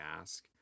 ask